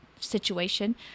situation